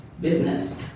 business